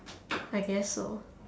I guess so